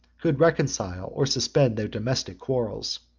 could reconcile or suspend their domestic quarrels.